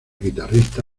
guitarrista